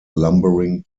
lumbering